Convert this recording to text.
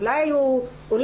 אולי היא תירגע,